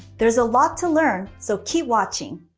there's a lot to learn, so keep watching.